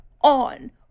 on